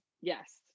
Yes